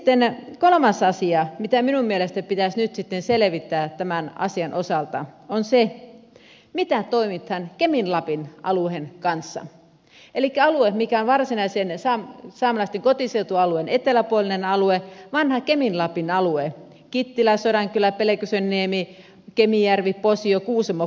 sitten kolmas asia jota minun mielestäni pitäisi nyt sitten selvittää tämän asian osalta on se miten toimitaan kemin lapin alueen kanssa elikkä varsinaisen saamelaisten kotiseutualueen eteläpuolinen alue vanha kemin lapin alue kittilä sodankylä pelkosenniemi kemijärvi posio kuusamon pohjoispuolinen alue